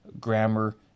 grammar